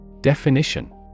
Definition